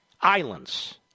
islands